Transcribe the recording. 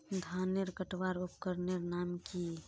धानेर कटवार उपकरनेर नाम की?